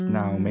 now